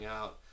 out